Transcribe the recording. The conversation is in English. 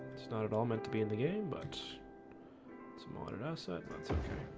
it's not at all meant to be in the game but it's monitored outside that's okay